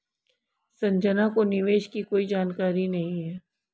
संजना को निवेश की कोई जानकारी नहीं है